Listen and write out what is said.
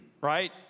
right